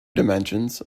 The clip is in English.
dimensions